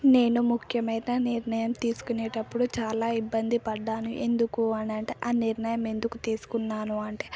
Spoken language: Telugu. నేను ముఖ్యమైన నిర్ణయం తీసుకునేటప్పుడు చాలా ఇబ్బంది పడ్డాను ఎందుకు అనంటే ఆ నిర్ణయం ఎందుకు తీసుకున్నాను అంటే